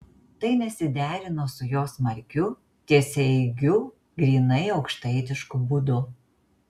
tai nesiderino su jo smarkiu tiesiaeigiu grynai aukštaitišku būdu